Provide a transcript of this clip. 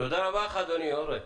תודה רבה לך, אדוני אורן.